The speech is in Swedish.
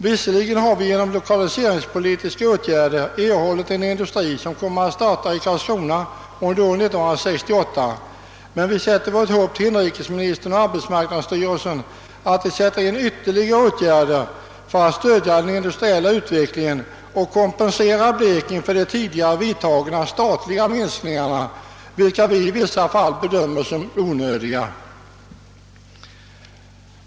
Visserligen har vi genom lokaliseringspolitiska åtgärder fått en ny industri, som startar verksamheten i Karlskrona under 1968, men vi hoppas att inrikesmi nistern och arbetsmarknadsstyrelsen vidtar ytterligare åtgärder för att stödja den industriella utvecklingen och kompenserar Blekinge för de tidigare vidtagna minskningarna i den statliga företagsamheten, vilka vi i några fall bedömer som onödiga.